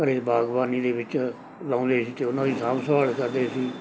ਘਰ ਬਾਗਵਾਨੀ ਦੇ ਵਿੱਚ ਲਾਉਂਦੇ ਸੀ ਅਤੇ ਉਹਨਾਂ ਦੀ ਸਾਂਭ ਸੰਭਾਲ ਕਰਦੇ ਸੀ